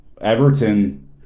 Everton